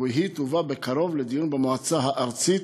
והיא תובא בקרוב לדיון במועצה הארצית,